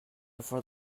before